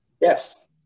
Yes